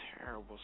terrible